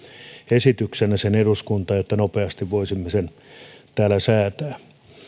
esityksenä eduskuntaan jotta nopeasti voisimme sen täällä säätää